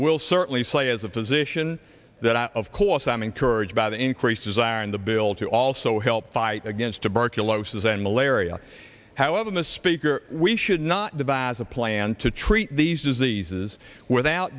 will certainly say as a physician that i of course am encouraged by the increases are in the bill to also help fight against tuberculosis and malaria however misspeak or we should not devise a plan to treat these diseases without